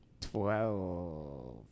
Twelve